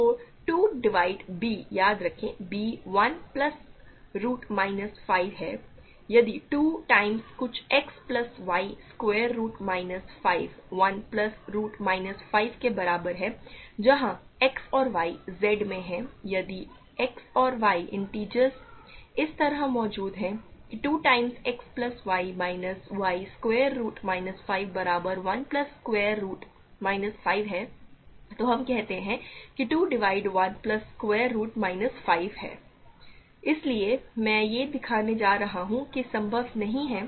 तो 2 divide b याद रखें कि b 1 प्लस रुट माइनस 5 है यदि 2 टाइम्स कुछ x plus y square root minus 5 1 plus root minus 5 के बराबर है जहां x और y Z में हैं यदि x और y इंटिजर्स इस तरह मौजूद हैं की 2 times x plus y minus y square root minus 5 बराबर 1 प्लस स्क्वायर रुट माइनस 5 है तो हम कहते हैं कि 2 divide 1 plus square root minus 5 है इसलिए मैं यह दिखाने जा रहा हूं कि यह संभव नहीं है